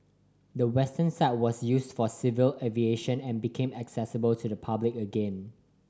the western side was used for civil aviation and became accessible to the public again